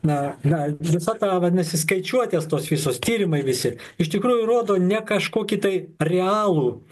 na na visa ta vadinasi skaičiuotės tos visos tyrimai visi iš tikrųjų rodo ne kažkokį tai realų